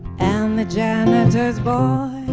and the janitor's boy